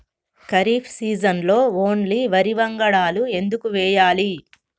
ఖరీఫ్ సీజన్లో ఓన్లీ వరి వంగడాలు ఎందుకు వేయాలి?